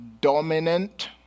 dominant